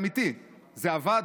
אמיתי: זה עבד?